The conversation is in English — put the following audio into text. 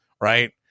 right